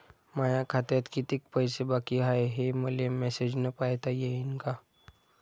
माया खात्यात कितीक पैसे बाकी हाय, हे मले मॅसेजन पायता येईन का?